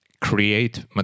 create